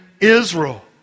Israel